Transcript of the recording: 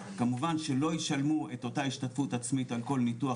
כמובן שלא ישלמו את אותה השתתפות עצמית על כל ניתוח